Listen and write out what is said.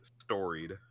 storied